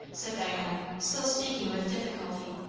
said diana, still speaking with difficulty,